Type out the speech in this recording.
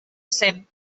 cent